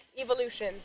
evolution